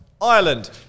Ireland